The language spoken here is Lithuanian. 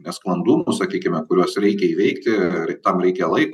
nesklandumų sakykime kuriuos reikia įveikti ir ir tam reikia laiko